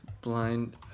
Blind